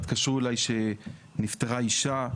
התקשרו אליי שנפטרה אישה,